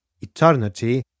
eternity